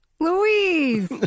Louise